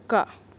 కుక్క